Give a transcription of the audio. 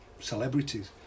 celebrities